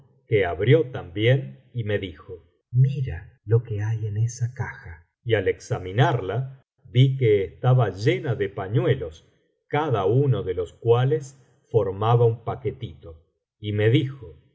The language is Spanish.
que abrió también y me dijo mira lo que hay en esa caja y al examinarla vi que estaba llena de pañuelos cada uno de los cuales formaba un paquetito y me dijo